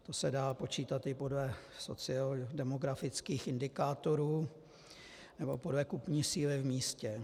To se dá počítat i podle sociodemografických indikátorů nebo podle kupní síly v místě.